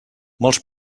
molts